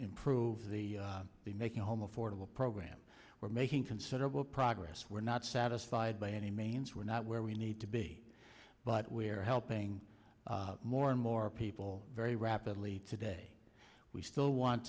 improve the the making home affordable program we're making considerable progress we're not satisfied by any means we're not where we need to be but we're helping more and more people very rapidly today we still want